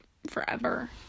Forever